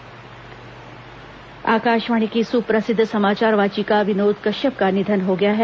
विनोद कश्यप निधन आकाशवाणी की सुप्रसिद्ध समाचार वाचिका विनोद कश्यप का निधन हो गया है